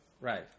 Right